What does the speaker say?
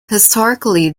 historically